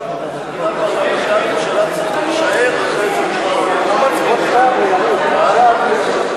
364: הצורך בהקמת ועדת חקירה פרלמנטרית בנושא